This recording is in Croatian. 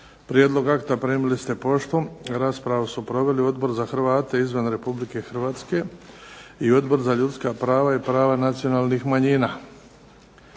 Prijedlog akta primili ste poštom. Raspravu su proveli Odbor za Hrvate izvan Republike Hrvatske i Odbor za ljudska prava i prava nacionalnih manjina.